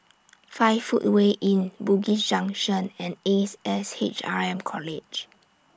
five Footway Inn Bugis Junction and Ace S H R M College